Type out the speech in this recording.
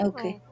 Okay